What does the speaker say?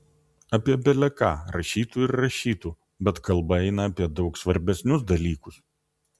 apie bele ką rašytų ir rašytų bet kalba eina apie daug svarbesnius dalykus